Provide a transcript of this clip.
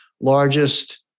largest